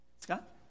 scott